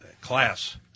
class